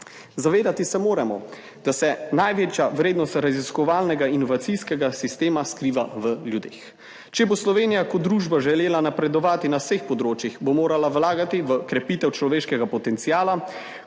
Zavedati se moramo, da se največja vrednost raziskovalnega inovacijskega sistema skriva v ljudeh. Če bo Slovenija kot družba želela napredovati na vseh področjih, bo morala vlagati v krepitev človeškega potenciala